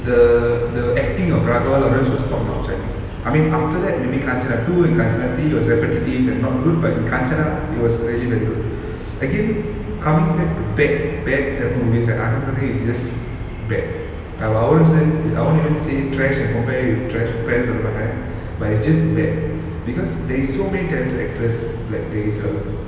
the the acting of Raghava Lawrence lawrence was top notch I think I mean after that maybe Kanchana two and Kanchana three was repetitive and not good but Kanchana it was really very good again coming back to bad bad tamil movies right Aranmanai is just bad I I won't sa~ I won't even say trash and compare with trash பண்ணேன்:pannen but it's just bad because there is so many talented actress like there is err